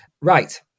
Right